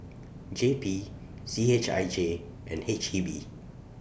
J P C H I J and H E B